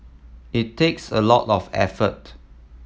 it takes a lot of effort